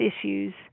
issues